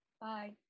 Bye